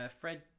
Fred